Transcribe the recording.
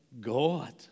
God